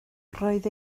roedd